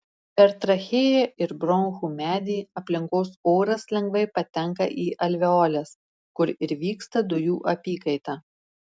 per trachėją ir bronchų medį aplinkos oras lengvai patenka į alveoles kur ir vyksta dujų apykaita